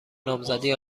نامزدی